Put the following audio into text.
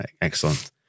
Excellent